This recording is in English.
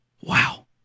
Wow